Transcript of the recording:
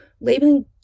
labeling